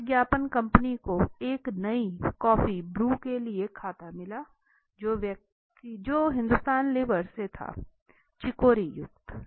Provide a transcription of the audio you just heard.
एक विज्ञापन कंपनी को एक नई कॉफी ब्रू के लिए एक खाता मिला जो हिंदुस्तान यूनिलीवर से था चिकोरी युक्त